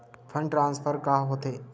Fund transfer का होथे?